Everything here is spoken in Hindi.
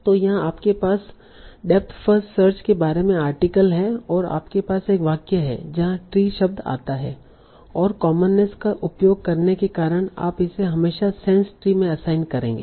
तो यहाँ आपके पास डेप्थ फर्स्ट सर्च के बारे में आर्टिकल है और आपके पास एक वाक्य है जहां ट्री शब्द आता है और कॉमननेस का उपयोग करने के कारण आप इसे हमेशा सेंस ट्री में असाइन करेंगे